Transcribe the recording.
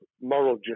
moral